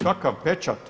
Kakav pečat?